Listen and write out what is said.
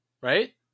right